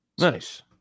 nice